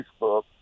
Facebook